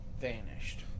vanished